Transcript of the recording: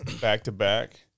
back-to-back